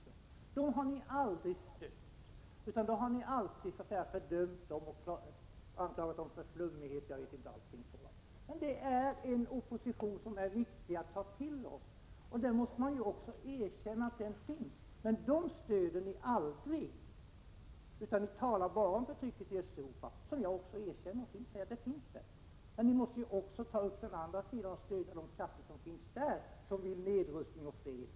Dessa rörelser har ni aldrig stött, utan ni har ständigt fördömt dem och anklagat dem för flummighet och allt vad det varit. Men detta är en opposition som det är viktigt att vi tar till oss. Då måste man också erkänna att den finns. Dessa rörelser stöder ni aldrig, utan ni talar bara om förtrycket i Östeuropa — och jag erkänner att det finns ett sådant förtryck där. Men ni måste också se på den andra sidan och stödja de krafter som finns härvidlag och som vill ha nedrustning och fred.